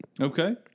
Okay